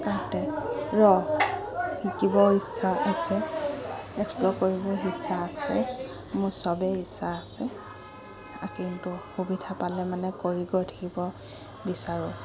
শিকিবৰ ইচ্ছা আছে এক্সপ্ল'ৰ কৰিবৰ ইচ্ছা আছে মোৰ সবেই ইচ্ছা আছে কিন্তু সুবিধা পালে মানে কৰি গৈ থাকিব বিচাৰোঁ